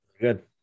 good